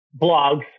blogs